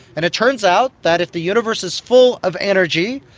and it turns out that if the universe is full of energy,